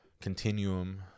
continuum